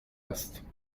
است